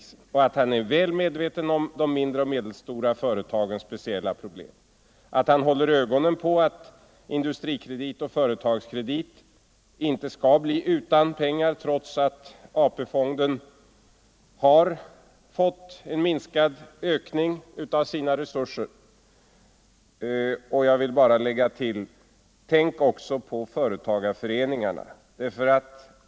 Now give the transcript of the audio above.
Jag fattar också att han är väl medveten om de mindre och medelstora företagens speciella problem och att han håller ögonen på att Industrikredit och Företagskredit inte skall bli utan pengar trots att AP-fonden har fått minskad ökning av sina resurser. Och jag vill bara lägga till: Tänk också på företagarföreningarna.